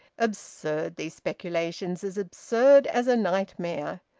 absurd, these speculations as absurd as a nightmare!